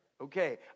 Okay